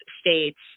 states